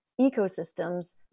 ecosystems